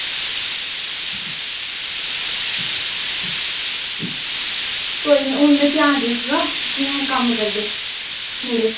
कोई नी हून में घ्यान रखगी कम करदे मुडे